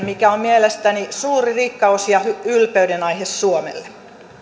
mikä on mielestäni suuri rikkaus ja ylpeydenaihe suomelle